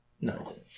no